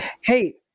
Hey